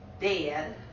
dead